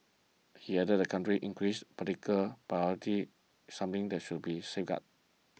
he added that the country's increasing political party something that should be safeguarded